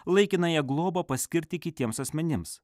laikinąją globą paskirti kitiems asmenims